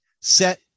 set